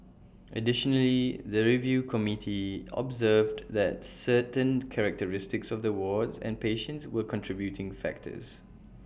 additionally the review committee observed that certain characteristics of the ward and patients were contributing factors